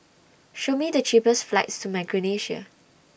Show Me The cheapest flights to Micronesia